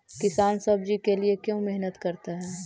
किसान सब्जी के लिए क्यों मेहनत करता है?